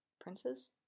princes